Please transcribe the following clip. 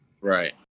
right